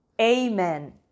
Amen